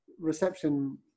reception